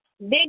big